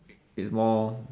it's more